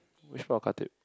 which part of Khatib